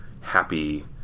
happy